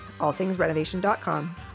allthingsrenovation.com